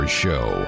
show